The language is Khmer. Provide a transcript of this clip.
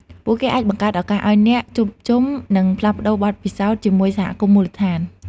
ពួកគេអាចបង្កើតឱកាសឲ្យអ្នក ជួបជុំ និងផ្លាស់ប្តូរបទពិសោធន៍ ជាមួយសហគមន៍មូលដ្ឋាន។